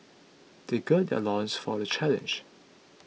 they gird their loins for the challenge